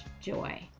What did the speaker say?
joy